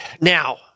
now